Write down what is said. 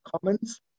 comments